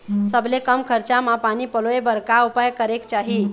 सबले कम खरचा मा पानी पलोए बर का उपाय करेक चाही?